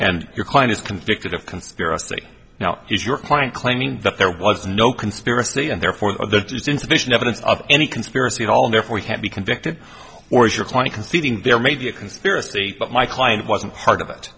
and your client is convicted of conspiracy now is your client claiming that there was no conspiracy and therefore there is insufficient evidence of any conspiracy at all therefore he had be convicted or is your point conceding there may be a conspiracy but my client wasn't part of it